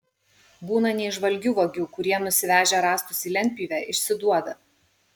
būna neįžvalgių vagių kurie nusivežę rąstus į lentpjūvę išsiduoda